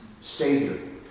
Savior